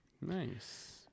nice